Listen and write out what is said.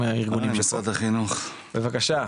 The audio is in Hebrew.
בבקשה.